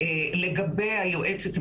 לגבי היועצת המשפטית,